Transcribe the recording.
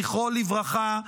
זכרו לברכה,